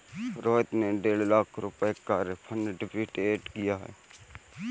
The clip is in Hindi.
रोहित ने डेढ़ लाख रुपए का फ़िक्स्ड डिपॉज़िट किया